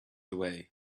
away